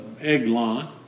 Eglon